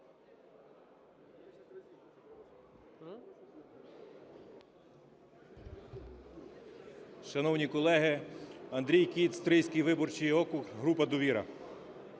Шановні колеги, Андрій Кіт, Стрийський виборчий округ, група "Довіра".